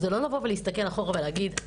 זה לא לבוא ולהסתכל אחורה ולהגיד,